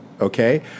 okay